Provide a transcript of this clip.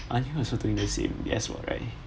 I think also doing the same yes alright